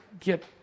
get